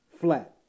flat